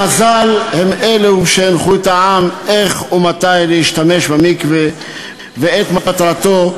חז"ל הם אלו שהנחו את העם איך ומתי להשתמש במקווה ואת מטרתו,